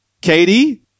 katie